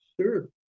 Sure